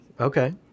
Okay